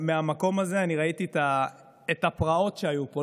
מהמקום הזה ראיתי את הפרעות שהיו פה,